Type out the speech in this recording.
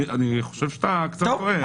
אני חושב שאתה קצת טועה.